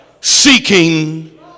seeking